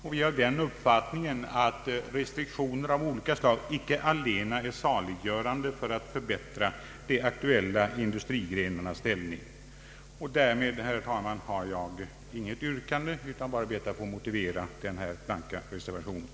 Vi är av den uppfattningen att restriktioner av olika slag icke är allena saliggörande för att förbättra de aktuella industrigrenarnas ställning. Därmed, herr talman, har jag motiverat den blanka reservationen. Jag har inget yrkande.